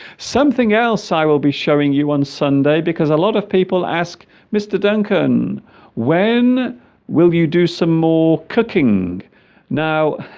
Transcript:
something else i will be showing you on sunday because a lot of people ask mr. duncan when will you do some more cooking now